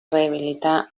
rehabilitar